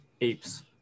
apes